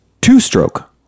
two-stroke